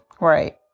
Right